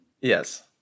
Yes